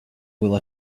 will